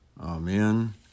Amen